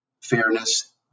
fairness